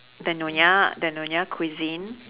the nyonya the nyonya cuisine